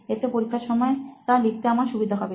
এতে পরীক্ষার সময় তা লিখতে আমার সুবিধা হবে